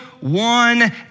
one